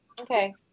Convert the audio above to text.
Okay